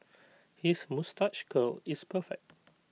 his moustache curl is perfect